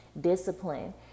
discipline